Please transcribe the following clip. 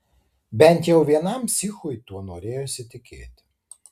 bent jau vienam psichui tuo norėjosi tikėti